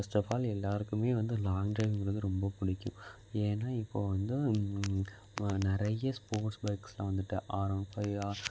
first of all எல்லாருக்குமே வந்து long ட்ரைவ்ங்கிறது ரொம்ப பிடிக்கும் ஏன்னா இப்போ வந்து நிறைய ஸ்போர்ட்ஸ் பைக்ஸ்லாம் வந்துட்டுது ஆர் ஒன் ஃபை